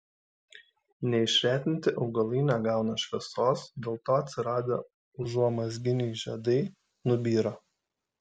neišretinti augalai negauna šviesos dėl to atsiradę užuomazginiai žiedai nubyra